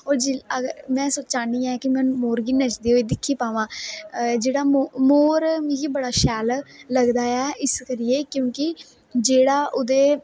और जिसलै अगर में समां चाहन्नी हां कि में मोर गी नचदे होई दिक्खी पावां जेहड़ा मोर मिगी बड़ा शैल लगदा ऐ इस करियै क्योंकि जेहड़ा ओहदे